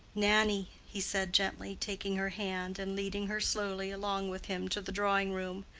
nannie! he said gently, taking her hand and leading her slowly along with him to the drawing-room.